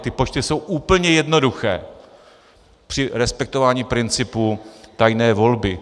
Ty počty jsou úplně jednoduché při respektování principu tajné volby.